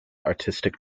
artistic